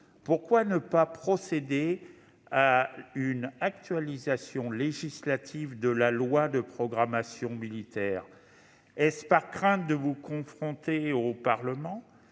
pourquoi ne pas procéder à une actualisation législative de la loi de programmation militaire ? Est-ce par crainte de vous confronter au Parlement